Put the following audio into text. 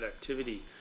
activity